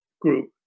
group